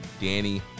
danny